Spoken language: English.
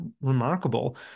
remarkable